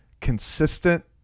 consistent